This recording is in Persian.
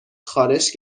خارش